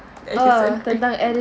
addison rae